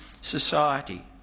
society